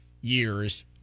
years